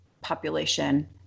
population